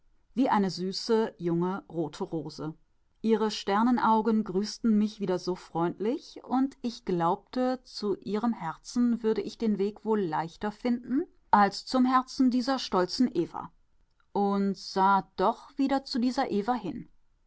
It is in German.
wie eine süße junge rote rose ihre sternenaugen grüßten mich wieder so freundlich und ich glaubte zu ihrem herzen würde ich den weg wohl leichter finden als zum herzen dieser stolzen eva und sah doch wieder zu dieser eva